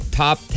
top